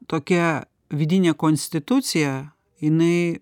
tokia vidinė konstitucija jinai